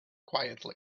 quietly